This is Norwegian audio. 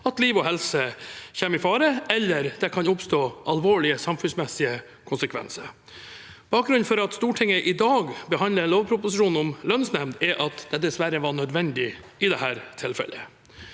at liv og helse kommer i fare, eller det kan oppstå alvorlige samfunnsmessige konsekvenser. Bakgrunnen for at Stortinget i dag behandler en lovproposisjon om lønnsnemnd, er at det dessverre var nødvendig i dette tilfellet.